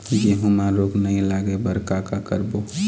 गेहूं म रोग नई लागे बर का का करबो?